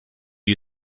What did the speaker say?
you